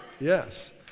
Yes